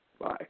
Bye